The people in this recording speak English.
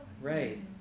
Right